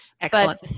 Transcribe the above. excellent